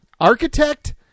Architect